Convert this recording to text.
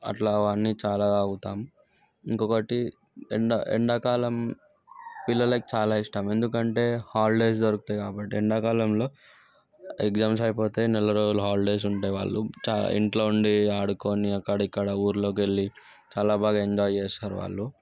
అట్లా అవన్నీ చాలా తాగుతాం ఇంకొకటి ఎండ ఎండాకాలం పిల్లలకి చాలా ఇష్టం ఎందుకంటే హాలిడేస్ దొరుకుతాయి కాబట్టి ఎండాకాలంలో ఎగ్జామ్స్ అయిపోతాయి నెల రోజులు హాలిడేస్ ఉంటాయి వాళ్ళు ఇంట్లో ఉండి ఆడుకుని అక్కడిక్కడ ఊళ్ళకు వెళ్ళి చాలా బాగా ఎంజాయ్ చేస్తారు వాళ్ళు